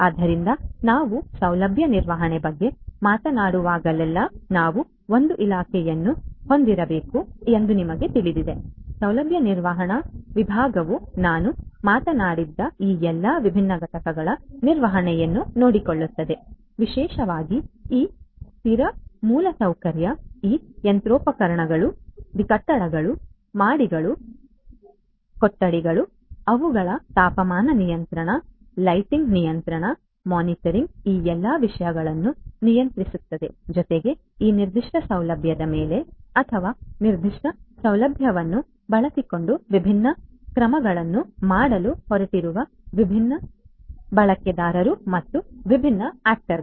ಆದ್ದರಿಂದ ನಾವು ಸೌಲಭ್ಯ ನಿರ್ವಹಣೆಯ ಬಗ್ಗೆ ಮಾತನಾಡುವಾಗಲೆಲ್ಲಾ ನಾವು ಒಂದು ಇಲಾಖೆಯನ್ನು ಹೊಂದಿರಬೇಕು ಎಂದು ನಿಮಗೆ ತಿಳಿದಿದೆ ಸೌಲಭ್ಯ ನಿರ್ವಹಣಾ ವಿಭಾಗವು ನಾನು ಮಾತನಾಡಿದ್ದ ಈ ಎಲ್ಲಾ ವಿಭಿನ್ನ ಘಟಕಗಳ ನಿರ್ವಹಣೆಯನ್ನು ನೋಡಿಕೊಳ್ಳುತ್ತದೆ ವಿಶೇಷವಾಗಿ ಈ ಸ್ಥಿರ ಮೂಲಸೌಕರ್ಯ ಈ ಯಂತ್ರೋಪಕರಣಗಳು ದಿ ಕಟ್ಟಡಗಳು ಮಹಡಿಗಳು ಕೊಠಡಿಗಳು ಅವುಗಳ ತಾಪಮಾನ ನಿಯಂತ್ರಣ ಲೈಟಿಂಗ್ ನಿಯಂತ್ರಣ ಮಾನಿಟರಿಂಗ್ ಈ ಎಲ್ಲ ವಿಷಯಗಳನ್ನು ನಿಯಂತ್ರಿಸುತ್ತದೆ ಜೊತೆಗೆ ಈ ನಿರ್ದಿಷ್ಟ ಸೌಲಭ್ಯದ ಮೇಲೆ ಅಥವಾ ಈ ನಿರ್ದಿಷ್ಟ ಸೌಲಭ್ಯವನ್ನು ಬಳಸಿಕೊಂಡು ವಿಭಿನ್ನ ಕ್ರಮಗಳನ್ನು ಮಾಡಲು ಹೊರಟಿರುವ ವಿಭಿನ್ನ ಬಳಕೆದಾರರು ಮತ್ತು ವಿಭಿನ್ನ ನಟರು